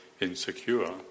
insecure